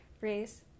raise